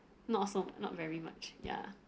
not so not very much ya